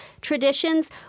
traditions